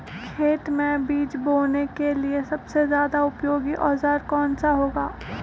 खेत मै बीज बोने के लिए सबसे ज्यादा उपयोगी औजार कौन सा होगा?